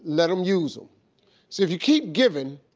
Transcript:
let him use them. so if you keep giving,